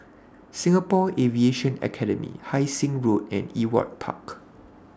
Singapore Aviation Academy Hai Sing Road and Ewart Park